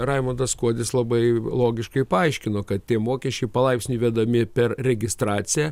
raimundas kuodis labai logiškai paaiškino kad tie mokesčiai palaipsniui įvedami per registraciją